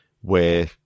where-